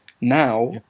Now